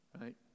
right